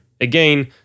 again